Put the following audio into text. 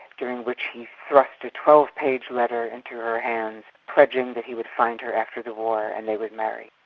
during which he thrust a twelve page letter into her hands, pledging that he would find her after the war and they would marry.